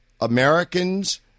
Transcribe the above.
Americans